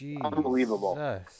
Unbelievable